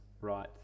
right